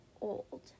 old